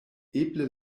eble